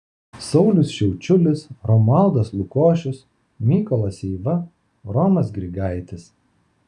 saulius šiaučiulis romualdas lukošius mykolas eiva romas grigaitis